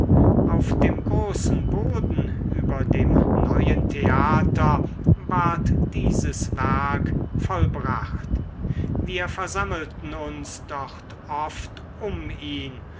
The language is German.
auf dem großen boden über dem neuen theater ward dieses werk vollbracht wir versammelten uns dort oft um ihn